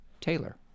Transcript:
Taylor